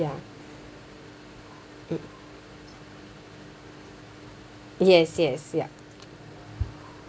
ya yes yes yup